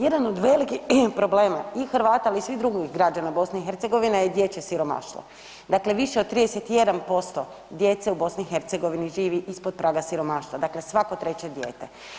Jedan od velikih problema i Hrvata ali i svih drugih građana BiH je dječje siromaštvo, dakle više od 31% djece u BiH živi ispod praga siromaštva, dakle svako 3 dijete.